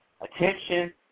Attention